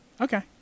Okay